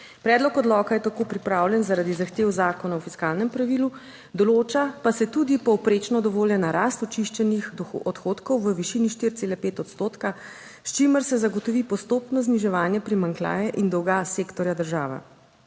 Predlog odloka je tako pripravljen zaradi zahtev Zakona o fiskalnem pravilu, določa pa se tudi povprečno dovoljena rast očiščenih odhodkov v višini 4,5 odstotka, s čimer se zagotovi postopno zniževanje primanjkljaja in dolga sektorja država.